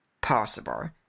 possible